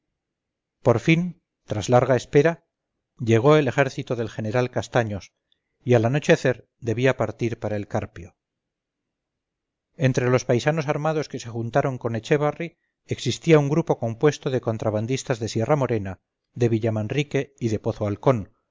por fin tras larga espera llegó el ejército del general castaños y al anochecer debía partir para el carpio entre los paisanos armados que se juntaron con echévarri existía un grupo compuesto de contrabandistas de sierra-morena de villamanrique y de pozo alcón